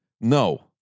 no